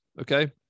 okay